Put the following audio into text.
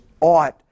ought